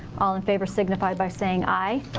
all in favor signify by saying aye.